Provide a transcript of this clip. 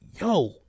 yo